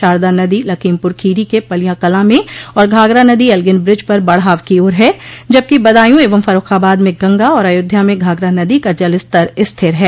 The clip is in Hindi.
शारदा नदो लखीमपुर खीरी के पलियाकलां में और घाघरा नदी एल्गिन ब्रिज पर बढ़ाव की ओर है जबकि बदायूं एवं फर्र्रखाबाद में गंगा और अयोध्या में घाघरा नदी का जलस्तर स्थिर है